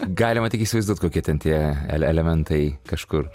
galima tik įsivaizduot kokie ten tie el elementai kažkur